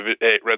Red